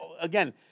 again